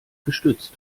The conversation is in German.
gestützt